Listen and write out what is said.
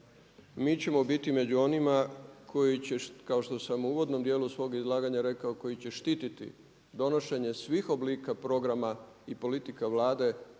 mi ćemo biti među onima koji će kao što sam u uvodnom dijelu svoga izlaganja rekao koji će štiti donošenje svih oblika programa i politika Vlade